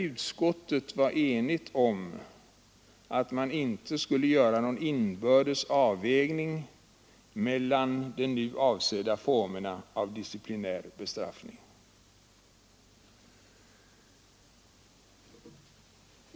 Utskottet var således helt enigt om att man inte borde göra någon inbördes avvägning mellan de nu avsedda formerna av disciplinär bestraffning.